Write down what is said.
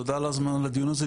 תודה על ההזמנה לדיון הזה,